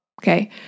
Okay